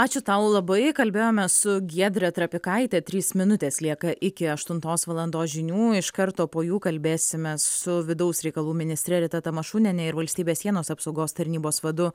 ačiū tau labai kalbėjome su giedre trapikaite trys minutės lieka iki aštuntos valandos žinių iš karto po jų kalbėsime su vidaus reikalų ministre rita tamašuniene ir valstybės sienos apsaugos tarnybos vadu